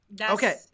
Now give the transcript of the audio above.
okay